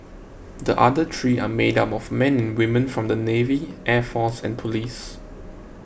the other three are made up of men and women from the navy air force and police